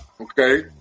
okay